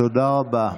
תודה רבה.